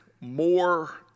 more